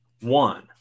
One